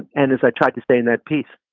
and as i tried to say in that piece,